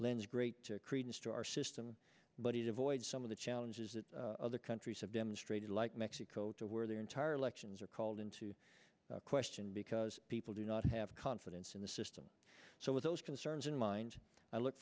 lends great credence to our system but it avoids some of the challenges that other countries have demonstrated like mexico to where their entire elections are called into question because people do not have confidence in the system so those concerns in mind i look